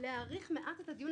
להאריך מעט את הדיון?